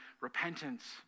repentance